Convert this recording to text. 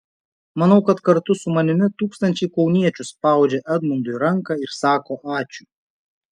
manau kad kartu su manimi tūkstančiai kauniečių spaudžia edmundui ranką ir sako ačiū